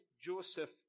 Joseph